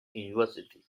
university